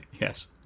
Yes